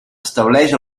estableix